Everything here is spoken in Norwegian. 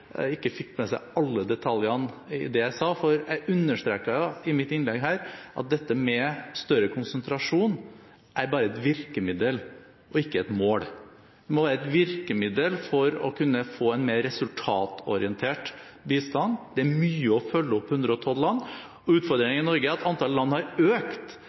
ikke fikk med seg alle detaljene i det jeg sa, for jeg understreket i mitt innlegg at dette med større konsentrasjon bare er et virkemiddel – ikke et mål. Det må være et virkemiddel for å kunne få en mer resultatorientert bistand. Det er mye å følge opp 112 land, og utfordringen i Norge er at antallet land har økt